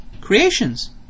creations